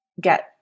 get